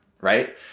Right